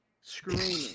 Screaming